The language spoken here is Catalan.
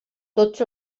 tots